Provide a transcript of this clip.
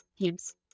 team's